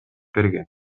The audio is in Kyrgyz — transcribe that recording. берген